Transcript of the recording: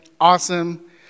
Awesome